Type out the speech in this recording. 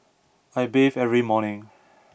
I bathe every morning